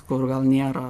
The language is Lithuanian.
kur gal nėra